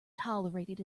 tolerated